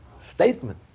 statement